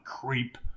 creep